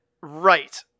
Right